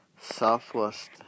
Southwest